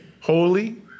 holy